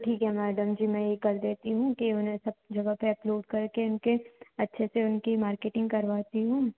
ठीक है मैडम जी मैं यह कर देती हूँ कि उन्हें सब जगह पर अपलोड करके इनके अच्छे से उनकी मार्केटिंग करवाती हूँ